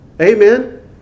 Amen